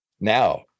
Now